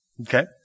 Okay